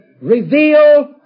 reveal